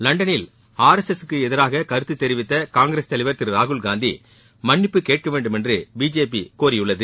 லண்டனில் R S S க்கு எதிராக கருத்து தெரிவித்த காங்கிரஸ் தலைவர் திரு ராகுல் காந்தி மன்னிப்பு கேட்க வேண்டும் என்று பிஜேபி கோரியுள்ளது